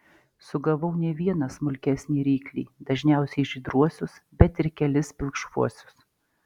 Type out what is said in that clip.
sugavau ne vieną smulkesnį ryklį dažniausiai žydruosius bet ir kelis pilkšvuosius